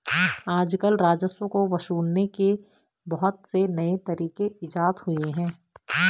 आजकल राजस्व को वसूलने के बहुत से नये तरीक इजात हुए हैं